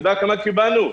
אתה יודע כמה קיבלנו?